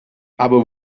aber